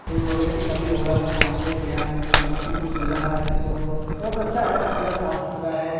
फिर बोले कि कभी होगा तो हम आते हैं बिहार समस्तीपुर ज़िला है सो बहुत अच्छा है पूरा साफ़ सुथरा है